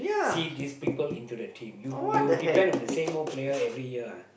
see this people into the team you you depend on the same old player every year ah